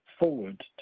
forward